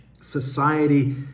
society